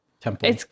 temple